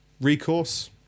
recourse